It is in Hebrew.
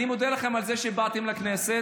אני מודה לכם על זה שבאתם לכנסת.